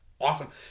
awesome